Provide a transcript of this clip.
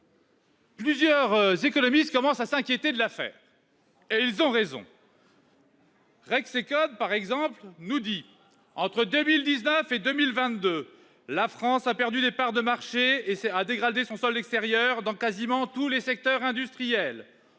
plusieurs économistes commencent à s'inquiéter de l'affaire. Et ils ont raison ! Ainsi, Rexecode nous dit que, de 2019 à 2022, la France a perdu des parts de marché et dégradé son solde extérieur dans presque tous les secteurs industriels.